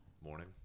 Morning